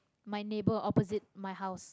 my neighbour opposite my house